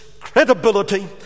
credibility